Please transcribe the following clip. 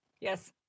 Yes